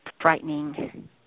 frightening